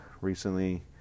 recently